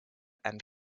and